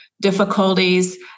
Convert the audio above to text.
difficulties